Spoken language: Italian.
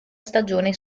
stagione